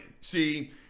See